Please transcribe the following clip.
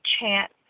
chance